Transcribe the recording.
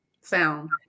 sound